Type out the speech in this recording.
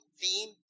theme